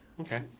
Okay